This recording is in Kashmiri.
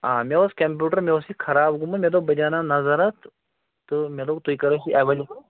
آ مےٚ اوس کمپیوٗٹَر مےٚ اوس یہِ خراب گوٚمُت مےٚ دوٚپ بہٕ دیٛانو نظر اَتھ تہٕ مےٚ دوٚپ تُہۍ کر آسِو اٮ۪ویلیبٕل